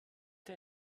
der